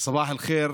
סבאח אל ח'יר.